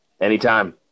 Anytime